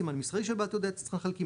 הסימן המסחרי של בעל תעודת יצרן החלקים,